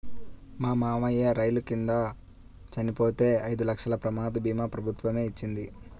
మా మావయ్య రైలు కింద చనిపోతే ఐదు లక్షల ప్రమాద భీమా ప్రభుత్వమే ఇచ్చింది